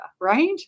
right